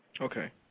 Okay